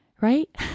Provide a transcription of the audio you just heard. right